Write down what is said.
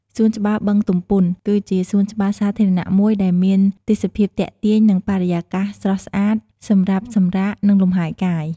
សួនច្បារបឹងទំពុន គឺជាសួនច្បារសាធារណៈមួយដែលមានទេសភាពទាក់ទាញ និងបរិយាកាសស្រស់ស្អាតសម្រាប់សម្រាក និងលំហែកាយ។